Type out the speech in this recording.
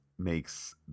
makes